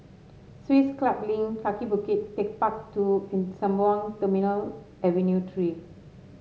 Swiss Club Link Kaki Bukit TechparK Two and Sembawang Terminal Avenue Three